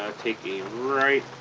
take a right